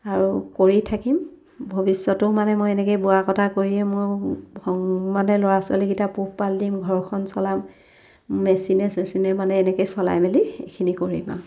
আৰু কৰি থাকিম ভৱিষ্যতো মানে মই এনেকৈয়ে বোৱা কটা কৰিয়ে মই মানে ল'ৰা ছোৱালীকেইটা পোহপাল দিম ঘৰখন চলাম মেচিনে চেচিনে মানে এনেকৈয়ে চলাই মেলি এইখিনি কৰিম আৰু